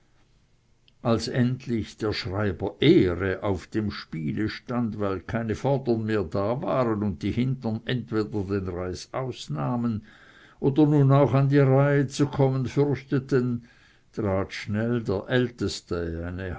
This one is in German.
als endlich der schreiber ehre auf dem spiel stand weil keine vordern mehr da waren und die hintern entweder den reißaus nahmen oder nun auch an die reihe zu kommen fürchteten trat schnell der älteste